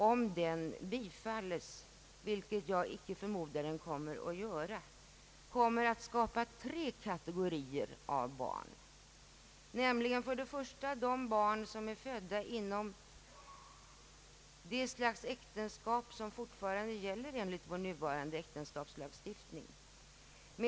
Om den bifalles — vilket jag inte tror — kommer tre kategorier barn att skapas. Den första kategorin är barn som är födda inom det slags äktenskap som fortfarande gäller enligt vår nuvarande äktenskapslagstiftning.